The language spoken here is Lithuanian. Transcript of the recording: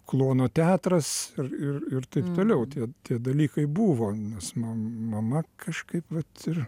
kluono teatras ir ir ir taip toliau tie dalykai buvo nes mam mama kažkaip vat ir